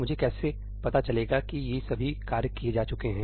मुझे कैसे पता चलेगा कि ये सभी कार्य किए जा चुके हैं